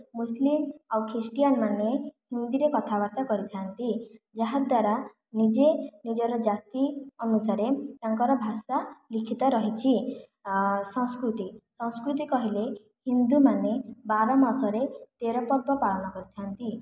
ମୁସଲିମ ଆଉ ଖ୍ରୀଷ୍ଟିଆନ ମାନେ ହିନ୍ଦୀ ରେ କଥାବାର୍ତ୍ତା କରିଥାନ୍ତି ଯାହାଦ୍ୱାରା ନିଜେ ନିଜର ଜାତି ଅନୁସାରେ ତାଙ୍କର ଭାଷା ଲିଖିତ ରହିଛି ସଂସ୍କୃତି ସଂସ୍କୃତି କହିଲେ ହିନ୍ଦୁମାନେ ବାର ମାସରେ ତେର ପର୍ବ ପାଳନ କରିଥାନ୍ତି